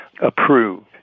approved